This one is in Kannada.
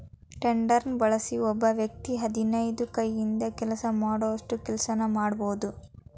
ಟೆಡರ್ನ ಬಳಸಿ ಒಬ್ಬ ವ್ಯಕ್ತಿ ಹದಿನೈದು ಕೈಯಿಂದ ಕೆಲಸ ಮಾಡೋಷ್ಟು ಕೆಲ್ಸನ ಮಾಡ್ಬೋದು